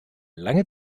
lange